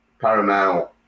Paramount